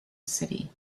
city